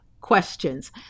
questions